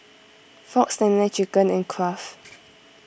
Fox Nene Chicken and Kraft